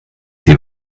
sie